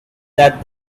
that